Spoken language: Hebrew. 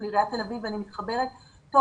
של עיריית תל אביב-יפו - אני מתחברת טוב